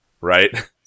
right